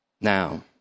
Now